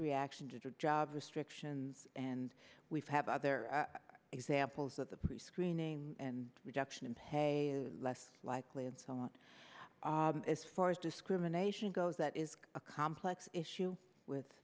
reaction to the jobs restrictions and we've had other examples of the prescreening and rejection of pay is less likely and so on as far as discrimination goes that is a complex issue with